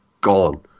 gone